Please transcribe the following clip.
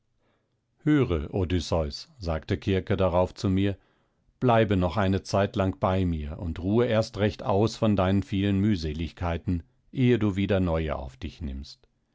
höre odysseus sagte kirke darauf zu mir bleibe noch eine zeitlang bei mir und ruhe erst recht aus von deinen vielen mühseligkeiten ehe du wieder neue auf dich nimmst